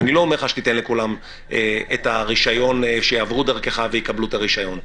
ואני לא אומר לך שכולם יעברו דרכך ויקבלו את הרישיון,